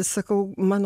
sakau mano